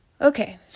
okay